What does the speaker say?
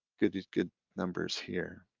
good good numbers here.